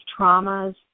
traumas